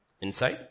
Inside